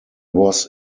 was